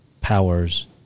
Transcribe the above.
powers